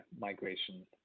migration